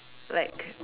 like